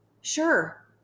Sure